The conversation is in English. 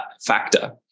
factor